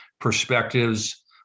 perspectives